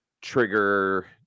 trigger